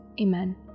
Amen